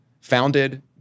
founded